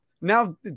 now